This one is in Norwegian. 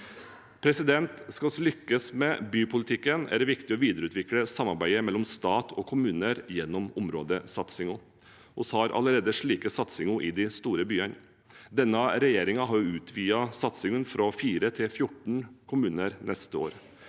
flere. Skal vi lykkes med bypolitikken, er det viktig å videreutvikle samarbeidet mellom stat og kommuner gjennom områdesatsinger. Vi har allerede slike satsinger i de store byene. Denne regjeringen har utvidet satsingen fra 4 til 14 kommuner neste år.